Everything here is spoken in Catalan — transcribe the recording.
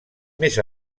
més